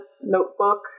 notebook